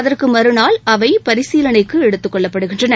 அதற்கு மறுநாள் அவை பரிசீலனைக்கு எடுத்துக் கொள்ளப்படுகின்றன